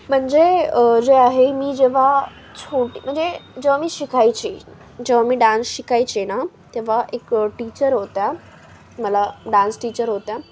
म्हणजे जे आहे मी जेव्हा छोटी म्हणजे जेव्हा मी शिकायची जेव्हा मी डान्स शिकायचे ना तेव्हा एक टीचर होत्या मला डान्स टीचर होत्या